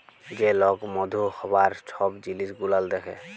যে লক মধু হ্যবার ছব জিলিস গুলাল দ্যাখে